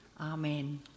Amen